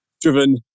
driven